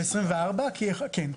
כן.